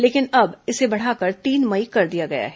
लेकिन अब इसे बढ़ाकर तीन मई कर दिया गया है